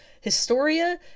Historia